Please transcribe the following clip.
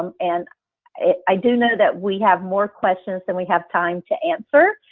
um and i do know that we have more questions than we have time to answer.